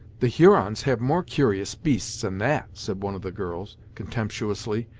the hurons have more curious beasts than that, said one of the girls, contemptuously,